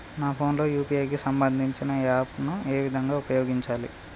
నా ఫోన్ లో యూ.పీ.ఐ కి సంబందించిన యాప్ ను ఏ విధంగా ఉపయోగించాలి?